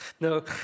No